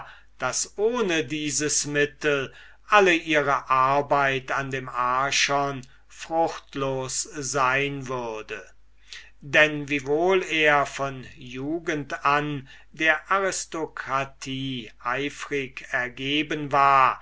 daß ohne dieses alle ihre arbeit an dem archon fruchtlos sein würde denn wiewohl er von jugend an der aristokratie eifrig ergeben war